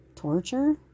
torture